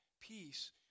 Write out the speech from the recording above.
peace